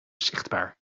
zichtbaar